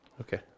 Okay